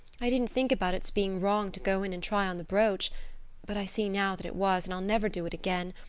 i didn't think about its being wrong to go in and try on the brooch but i see now that it was and i'll never do it again.